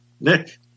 Nick